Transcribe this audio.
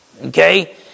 Okay